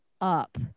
up